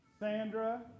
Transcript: Sandra